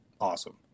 awesome